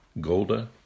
Golda